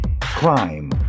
Crime